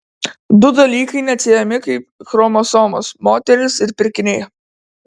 du dalykai neatsiejami kaip chromosomos moterys ir pirkiniai